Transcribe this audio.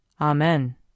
Amen